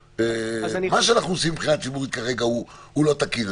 מה שאנחנו עושים מבחינה ציבורית כרגע הוא הוא לא תקין,